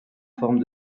forme